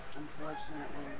unfortunately